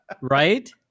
Right